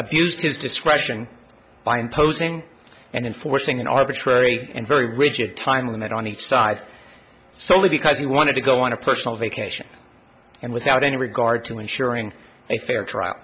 abused his discretion by imposing and enforcing an arbitrary and very rigid time limit on each side solely because he wanted to go on a personal vacation and without any regard to ensuring a fair trial